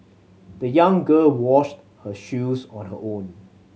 the young girl washed her shoes on her own